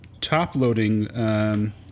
top-loading